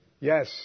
Yes